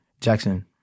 Jackson